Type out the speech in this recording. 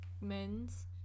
men's